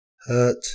hurt